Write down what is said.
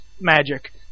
magic